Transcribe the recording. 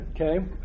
Okay